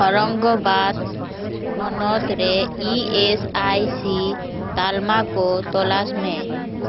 ᱚᱨᱚᱝᱜᱚᱵᱟᱫᱽ ᱦᱚᱱᱚᱛ ᱨᱮ E S I C ᱛᱟᱞᱢᱟ ᱠᱚ ᱛᱚᱞᱟᱥ ᱢᱮ